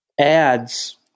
ads